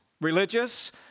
religious